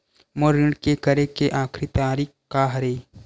मोर ऋण के करे के आखिरी तारीक का हरे?